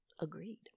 Agreed